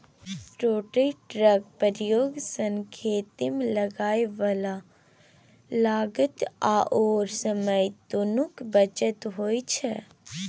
रोटेटरक प्रयोग सँ खेतीमे लागय बला लागत आओर समय दुनूक बचत होइत छै